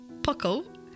Puckle